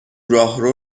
راهرو